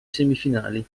semifinali